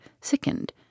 sickened